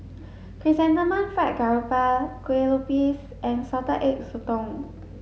chrysanthemum fried garoupa kuih lopes and salted egg sotong